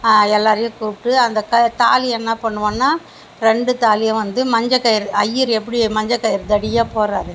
எல்லோரையும் கூப்பிட்டு அந்த தாலி என்ன பண்ணுவோம்னா ரெண்டு தாலியும் வந்து மஞ்சக்கயிறு ஐயர் எப்படி மஞ்சக்கயிறு தடியாக போடுறாரு